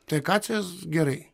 tai akacijos gerai